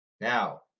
Now